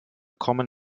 kommen